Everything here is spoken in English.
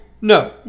No